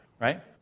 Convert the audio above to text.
right